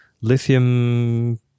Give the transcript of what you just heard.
lithium